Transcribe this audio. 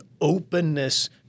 openness